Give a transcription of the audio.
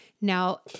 Now